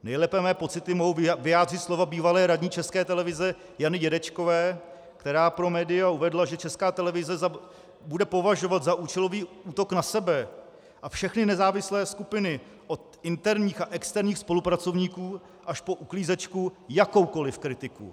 Nejlépe mé pocity mohou vyjádřit slova bývalé radní České televize Jany Dědečkové, která pro média uvedla, že Česká televize bude považovat za účelový útok na sebe a všechny nezávislé skupiny od interních a externích spolupracovníků až po uklízečku jakoukoliv kritiku.